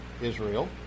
Israel